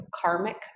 karmic